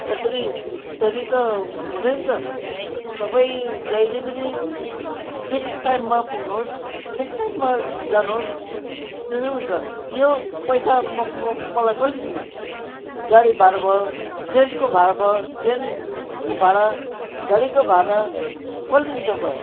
यसरी फेरि त हुँदैन त तपाईँ जहिले पनि ठिक टाइममा पुग्नु होस् ठिक टाइममा जानु होस् त्यसरी पो हुन्छ यो पैसा म म मलाई कसले दिने गाडी भाडा भयो ट्रेनको भाडा भयो ट्रेनको भाडा गाडीको भाडा कसले दिन्छ अब